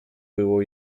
było